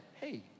hey